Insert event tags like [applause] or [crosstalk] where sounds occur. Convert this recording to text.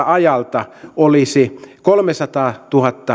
[unintelligible] ajalta olisi kolmesataa